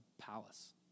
palace